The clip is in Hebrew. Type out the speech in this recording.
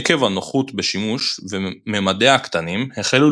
עקב הנוחות בשימוש וממדיה הקטנים החלו